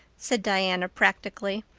said diana practically,